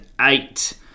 eight